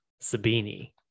Sabini